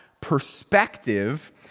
perspective